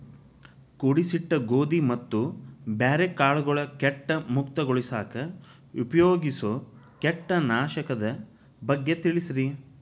ಕೂಡಿಸಿಟ್ಟ ಗೋಧಿ ಮತ್ತ ಬ್ಯಾರೆ ಕಾಳಗೊಳ್ ಕೇಟ ಮುಕ್ತಗೋಳಿಸಾಕ್ ಉಪಯೋಗಿಸೋ ಕೇಟನಾಶಕದ ಬಗ್ಗೆ ತಿಳಸ್ರಿ